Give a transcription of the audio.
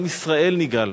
עם ישראל נגאל,